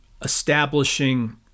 establishing